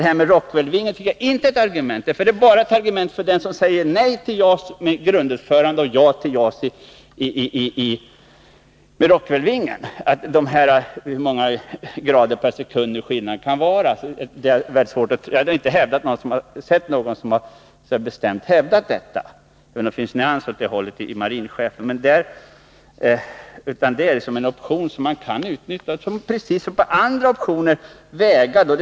Det är ett argument bara för den som säger nej till JAS i grundutförande och ja till JAS med Rockwellvingen — hur stora skillnaderna nu kan vara vad gäller grader per sekund. Jag vill inte hävda att någon direkt har använt detta argument, även om det finns en nyans åt det hållet hos marinchefen. Det är en option som man kan utnyttja och precis som när det gäller andra optioner väga mot andra alternativ.